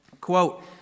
quote